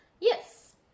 Yes